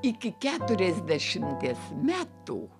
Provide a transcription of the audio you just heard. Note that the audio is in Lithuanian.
iki keturiasdešimties metų